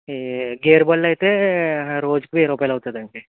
ఈ గేర్ బళ్ళు అయితే రోజుకి వెయ్యి రూపాయలు అవుతుందండి